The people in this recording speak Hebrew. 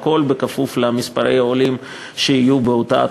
הכול כפוף למספר העולים שיהיה באותה תקופה.